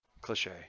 cliche